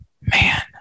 man